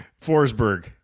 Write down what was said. Forsberg